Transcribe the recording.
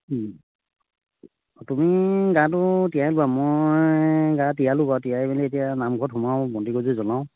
তুমি গাটো তিয়াই লোৱা মই গা তিয়ালোঁ বাৰু তিয়াই মেলি এতিয়া নামঘৰত সোমাওঁ বন্তিগছি জ্বলাওঁ